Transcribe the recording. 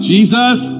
Jesus